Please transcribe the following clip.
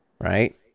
Right